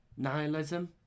Nihilism